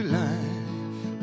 life